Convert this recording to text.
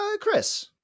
Chris